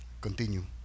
continue